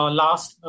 last